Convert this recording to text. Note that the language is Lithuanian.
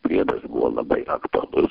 priedas buvo labai aktualus